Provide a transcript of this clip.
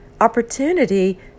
opportunity